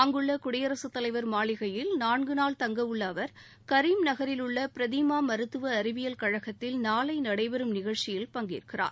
அங்குள்ள குடியரசு தலைவர் மாளிகையில் நான்கு நாள் தங்க உள்ள அவர் கரீம் நகரிலுள்ள பிரதிமா மருத்துவ அறிவியல் கழகத்தில் நாளை நடைபெறும் நிகழ்ச்சியில் பங்கேற்கிறார்